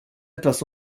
etwas